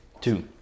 Two